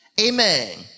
Amen